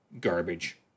garbage